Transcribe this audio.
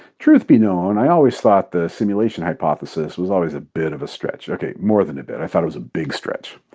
truth be known, i always thought the simulation hypothesis was always a bit of a stretch. okay more than a bit. i thought it was a big stretch.